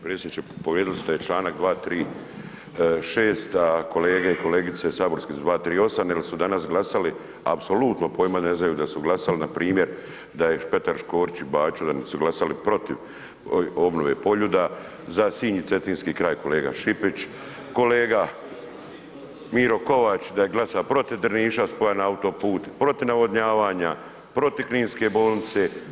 Predsjedniče povrijedili ste članak 236. a kolege i kolegice saborski 238. jer su danas glasali apsolutno pojma ne znaju da su glasali npr. da je Petar Škorić i Baćo da su glasali protiv obnove Poljuda, za Sinj i Cetinski kraj kolega Šipić, kolega Miro Kovač da je glasao protiv Drniša spojen na autoput, protiv navodnjavanja, protiv Kninske bolnice.